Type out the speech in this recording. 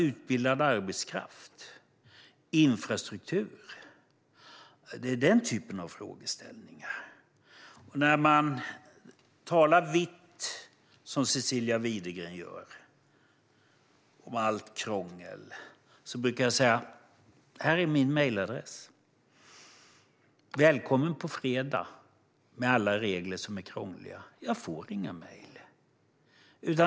Utbildad arbetskraft och infrastruktur - det är den typen av frågeställningar de tar upp. När man talar vitt om allt krångel, som Cecilia Widegren gör, brukar jag säga: "Här är min mejladress. Välkommen på fredag med alla regler som är krångliga!" Jag får inga mejl.